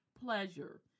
pleasure